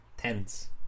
Tense